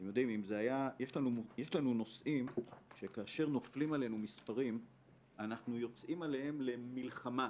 יש לנו נושאים שכאשר נופלים עלינו מספרים אנחנו יוצאים עליהם למלחמה,